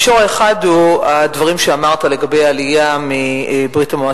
המישור האחד הוא הדברים שאמרת לגבי העלייה מברית-המועצות.